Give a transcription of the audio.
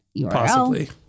URL